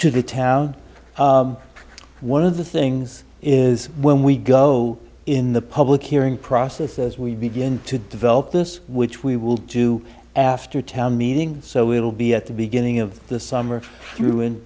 to the town one of the things is when we go in the public hearing process as we begin to develop this which we will do after town meeting so we will be at the beginning of the summer t